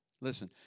Listen